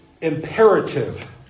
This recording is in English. imperative